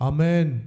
Amen